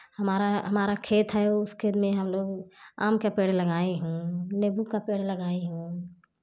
हमारा हमारा खेत है उसके लिए हम लोग आम के पेड़ लगाए हूँ नीबू का पेड़ लगाए हूँ